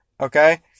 Okay